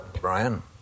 Brian